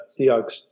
Seahawks